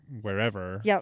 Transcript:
wherever